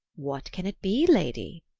what can it be, lady?